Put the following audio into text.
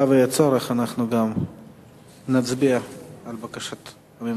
אם יהיה צורך, גם נצביע על בקשת הממשלה.